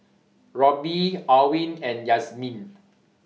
Roby Alwine and Yazmin